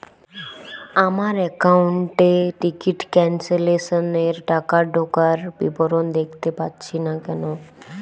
আমার একাউন্ট এ ticket cancellation এর টাকা ঢোকার বিবরণ দেখতে পাচ্ছি না কেন?